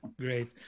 Great